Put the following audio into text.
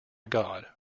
god